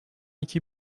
iki